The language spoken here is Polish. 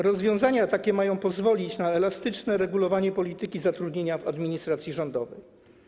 Rozwiązania takie mają pozwolić na elastyczne regulowanie polityki zatrudnienia w administracji rządowej.